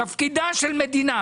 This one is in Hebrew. תפקידה של מדינה,